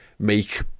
make